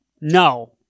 No